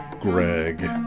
Greg